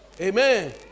Amen